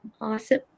Awesome